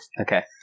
Okay